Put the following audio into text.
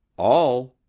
all,